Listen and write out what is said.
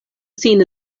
sin